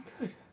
good